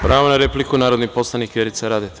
Pravo na repliku narodni poslanik Vjerica Radeta.